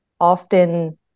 often